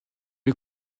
les